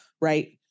right